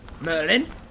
Merlin